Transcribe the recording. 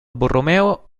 borromeo